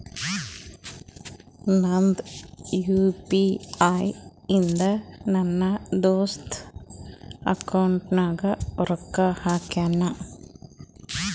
ನಂದ್ U P I ಇಂದ ನನ್ ದೋಸ್ತಾಗ್ ಅಕೌಂಟ್ಗ ರೊಕ್ಕಾ ಹಾಕಿನ್